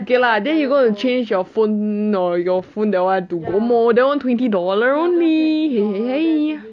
okay lah then you go and change your phone or you got a phone that one to gomo that one twenty dollars only !hey! !hey! !hey!